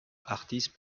artiste